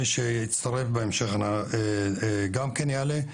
מי שיצטרף בהמשך גם כן יעלה,